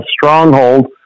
stronghold